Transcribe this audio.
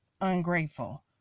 ungrateful